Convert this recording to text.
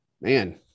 man